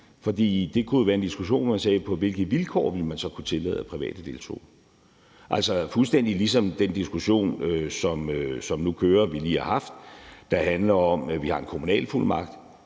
for det kunne jo være en diskussion, hvor man drøftede, på hvilke vilkår man så ville kunne tillade at private deltog, altså fuldstændig ligesom i den diskussion, som nu kører, og som vi lige har haft, der handler om, at vi har en kommunalfuldmagt.